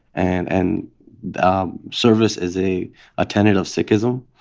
and and service is a ah tenet of sikhism,